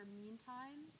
meantime